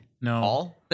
No